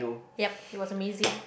yup it was amazing